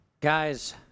Guys